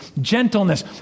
gentleness